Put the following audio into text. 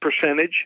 percentage